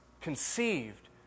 conceived